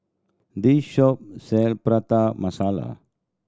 this shop sell Prata Masala